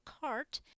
cart